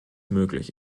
möglich